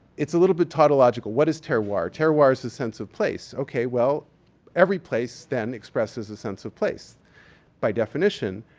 it's a little bit tautological. what is terroir? ah terroir is the sense of place. ok, well every place then, expresses a sense of place by definition.